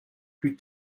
plus